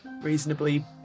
reasonably